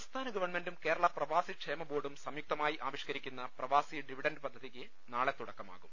സംസ്ഥാന ഗവൺമെന്റും കേരള പ്രവാസിക്ഷേമ ബോർഡും സംയുക്തമായി ആവിഷ്ക്കരിക്കുന്ന പ്രവാസി ഡിവിഡന്റ് പദ്ധ തിയ്ക്ക് നാളെ തുടക്കമാകും